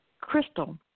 Crystal